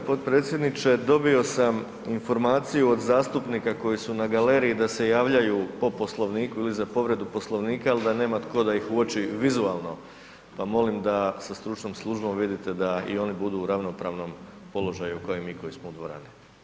g. Potpredsjedniče, dobio sam informaciju od zastupnika koji su na galeriji da se javljaju po Poslovniku ili za povredu Poslovnika, al da nema tko da ih uoči vizualno, pa molim da sa stručnom službom vidite da i oni budu u ravnopravnom položaju ko i mi koji smo u dvorani.